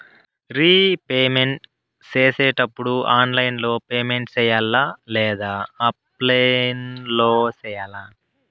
repayment సేసేటప్పుడు online లో payment సేయాలా లేదా ఆఫ్లైన్ లో సేయాలా